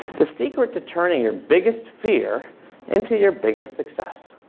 the secret to turning your biggest fear into your biggest success.